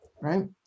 right